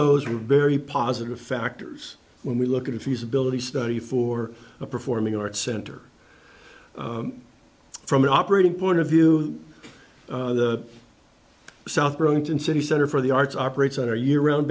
those are very positive factors when we look at a feasibility study for a performing arts center from an operating point of view the south burlington city center for the arts operates on a year round